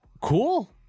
cool